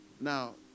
Now